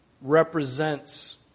represents